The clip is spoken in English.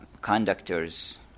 conductors